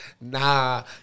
nah